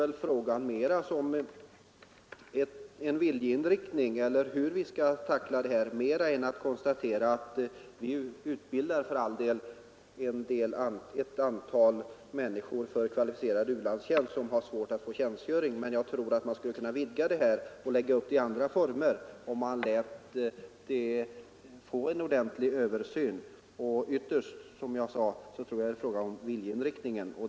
Vi utbildar för all del ett antal människor för kvalificerad utlandstjänst och det visar sig att de har svårt att få tjänstgöring, men jag tror man skulle kunna lägga upp utlandstjänstgöringen i andra former om man gjorde en ordentlig översyn. Ytterst är det, tror jag, en fråga om viljeinriktningen.